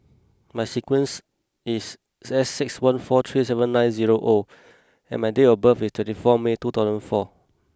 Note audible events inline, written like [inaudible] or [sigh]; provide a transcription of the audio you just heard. my sequence is [noise] S six one four three seven nine zero O and my date of birth is twenty four May two thousand four